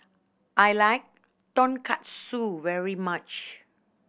I like Tonkatsu very much